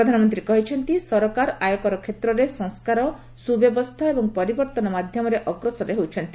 ପ୍ରଧାନମନ୍ତ୍ରୀ କହିଛନ୍ତି ସରକାର ଆୟକର କ୍ଷେତ୍ରରେ ସଂସ୍କାର ସୁବ୍ୟବସ୍ଥା ଏବଂ ପରିବର୍ତ୍ତନ ମାଧ୍ୟମରେ ଅଗ୍ରସର ହେଉଛନ୍ତି